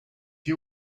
you